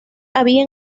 había